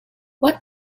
what